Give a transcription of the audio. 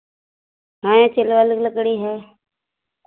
हैं चिल्वल की लकड़ी है